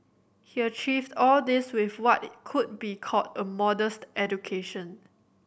he achieved all this with what could be called a modest education